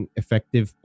effective